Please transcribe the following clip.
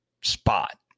spot